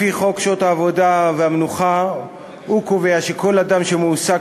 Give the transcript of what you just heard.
חוק שעות עבודה ומנוחה קובע שכל אדם שמועסק